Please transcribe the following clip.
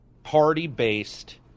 Party-based